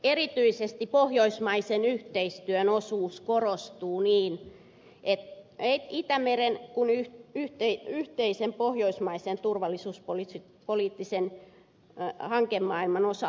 erityisesti pohjoismaisen yhteistyön osuus korostuu niin itämeren kuin yhteisen pohjoismaisen turvallisuuspoliittisen hankemaailman osalta